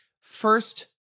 first